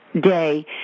day